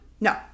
No